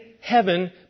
heaven